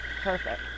Perfect